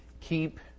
keep